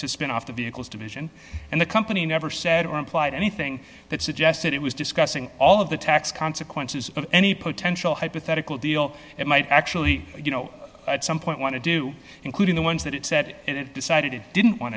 spin off the vehicles division and the company never said or implied anything that suggested it was discussing all of the tax consequences of any potential hypothetical deal that might actually you know at some point want to do including the ones that it said decided it didn't want